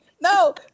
no